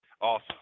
Awesome